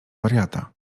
wariata